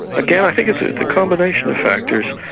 again i think it's a combination of factors.